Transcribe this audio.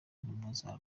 intumwa